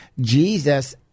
Jesus